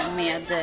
med